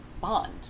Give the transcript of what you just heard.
bond